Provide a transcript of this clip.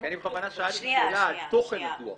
כי אני בכוונה שאלתי שאלה על תוכן הדיווח.